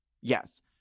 Yes